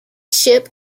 ship